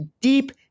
deep